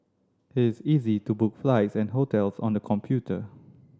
it is easy to book flights and hotels on the computer